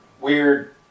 weird